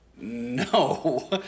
no